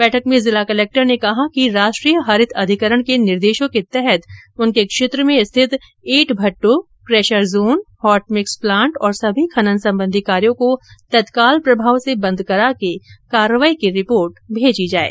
बैठक में जिला कलक्टर ने सभी उपखण्ड अधिकारियों को कहा कि राष्ट्रीय हरित अधिकरण के निर्देशों के तहत उनके क्षेत्र में स्थित ईंट भट्टों crusher zone hot mix plant और सभी खनन संबंधी कार्यो को तत्काल प्रभाव से बंद कराके कार्रवाई की रिपोर्ट भिजवायें